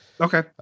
Okay